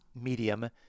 medium